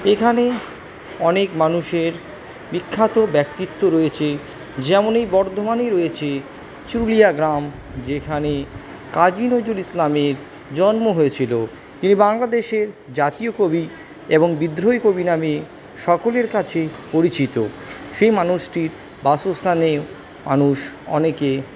এখানে অনেক মানুষের বিখ্যাত ব্যক্তিত্ব রয়েছে যেমন এই বর্ধমানেই রয়েছে চুরুলিয়া গ্রাম যেখানে কাজী নজরুল ইসলামের জন্ম হয়েছিলো এই বাংলা দেশের জাতীয় কবি এবং বিদ্রোহী কবি নামে সকলের কাছে পরিচিত সেই মানুষটির বাসস্থানে মানুষ অনেকে